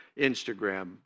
Instagram